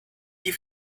die